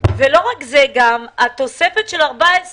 אולי כדאי להזכיר ולנער אבק מהשטיח לכל אלה